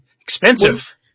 expensive